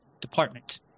Department